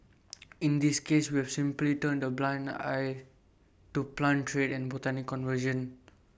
in this case we've simply turned A blind eye to plant trade and botanical conservation